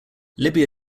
libya